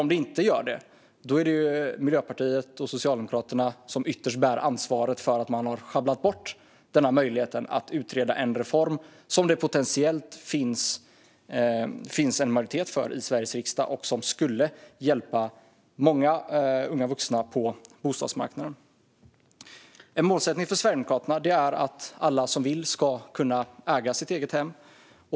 Om den inte utreds är det Miljöpartiet och Socialdemokraterna som ytterst bär ansvaret för att man har sjabblat bort möjligheten att utreda en reform som det potentiellt finns en majoritet för i Sveriges riksdag och som skulle hjälpa många unga vuxna på bostadsmarknaden. En målsättning för Sverigedemokraterna är att alla som vill ska äga sitt hem.